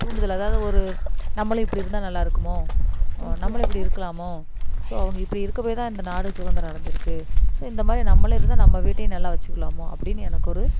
தூண்டுதல் அதாவது ஒரு நம்மளும் இப்படி இருந்தால் நல்லா இருக்குமோ நம்மளும் இப்படி இருக்கலாமோ ஸோ அவங்க இப்படி இருக்க போய் தான் இந்த நாடு சுதந்திரம் அடஞ்சிருக்குது ஸோ இந்த மாதிரி நம்மளும் இருந்தால் நம்ம வீட்டையும் நல்லா வச்சிக்கலாமோ அப்படின்னு எனக்கு ஒரு